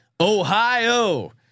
Ohio